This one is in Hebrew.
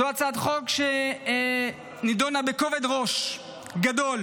זו הצעת חוק שנדונה בכובד ראש גדול.